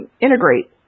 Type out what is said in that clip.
integrate